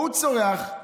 ההוא צורח,